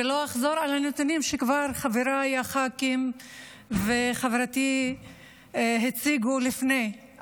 ולא אחזור על הנתונים שחבריי הח"כים וחברתי כבר הציגו לפניי,